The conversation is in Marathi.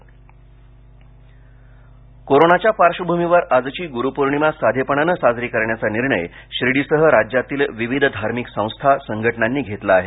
ग्रुपौर्णिमा कोरोनाच्या पार्श्वभूमीवर आजची गुरुपौर्णिमा साधेपणानं साजरी करण्याचा निर्णय शिर्डीसह राज्यातील विविध धार्मिक संस्था संघटनांनी घेतला आहे